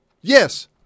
Yes